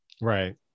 Right